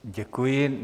Děkuji.